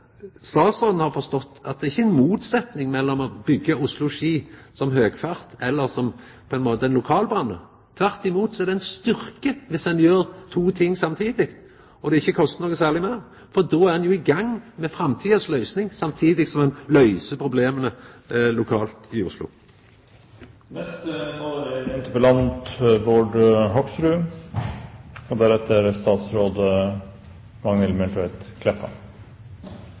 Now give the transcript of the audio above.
statsråden seier ho skal gjera, ho skal sjå på tempoet på bl.a. utbygginga Oslo–Ski. Statsråden har forstått at det ikkje er noka motsetjing mellom å byggja Oslo–Ski som høgfartsbane eller som ein lokalbane. Tvert imot er det ei styrking dersom ein gjer to ting samtidig og det ikkje kostar noko særleg meir, for då er ein i gang med framtidas løysing, samtidig som ein løyser problema lokalt i Oslo. Det